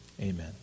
Amen